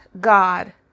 God